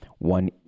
One